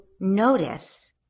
Notice